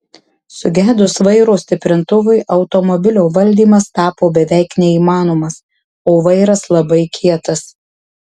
sugedus vairo stiprintuvui automobilio valdymas tapo beveik neįmanomas o vairas labai kietas